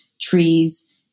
trees